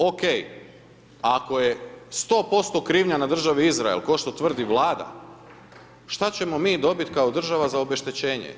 OK, ako je 100% krivnja na državi Izrael, ko što tvrdi vlada, što ćemo mi dobiti kao država za obeštećenje?